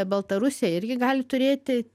baltarusija irgi gali turėti